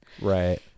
Right